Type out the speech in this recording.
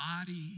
body